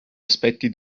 aspetti